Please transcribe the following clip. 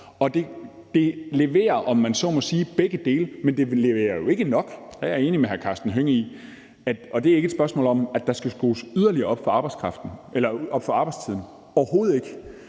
Det leverer, om man så må sige, begge dele, men det leverer jo ikke nok, det er jeg enig med hr. Karsten Hønge i. Det er ikke et spørgsmål om, at der skal skrues yderligere op for arbejdstiden, overhovedet ikke,